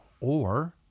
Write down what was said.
Or-